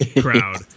crowd